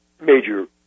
major